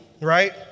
right